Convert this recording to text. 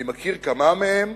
אני מכיר כמה מהם,